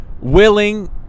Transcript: willing